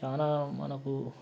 చాలా మనకు